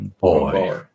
Boy